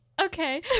Okay